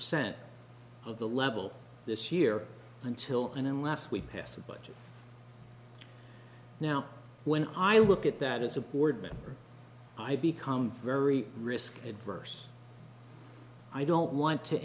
cent of the level this year until and unless we pass a budget now when i look at that as a board member i become very risk adverse i don't want to